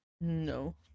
No